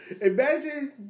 Imagine